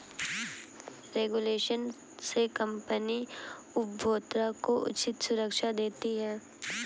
regulation से company उपभोक्ता को उचित सुरक्षा देती है